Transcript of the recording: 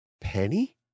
penny